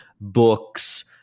books